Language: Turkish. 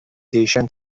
değişen